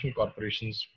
corporations